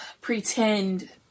pretend